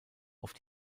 auf